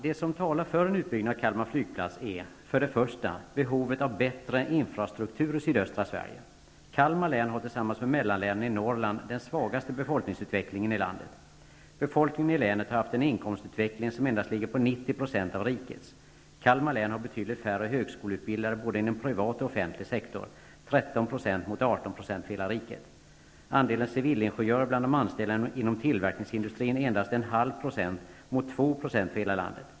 Det som talar för en utbyggnad av Kalmar flygplats är för det första behovet av bättre infrastruktur i sydöstra Sverige. Kalmar län har tillsammans med mellanlänen i Norrland den svagaste befolkningsutvecklingen i landet. Befolkningen i länet har haft en inkomstutveckling som endast ligger på 90 % av rikets. Kalmar län har betydligt färre högskoleutbildade både inom privat och offentlig sektor -- 13 % mot 18 % för hela riket. Andelen civilingenjörer bland de anställda inom tillverkningsindustrin är endast 0,5 % mot 2,0 % för hela landet.